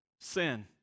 sin